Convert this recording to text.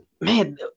man